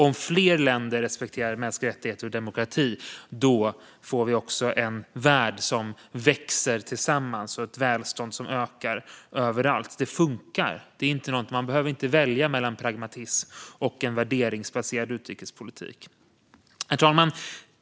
Om fler länder respekterar mänskliga rättigheter och demokrati får vi också en värld som växer tillsammans och ett välstånd som ökar överallt. Det funkar! Man behöver inte välja mellan pragmatism och en värderingsbaserad utrikespolitik. Herr talman!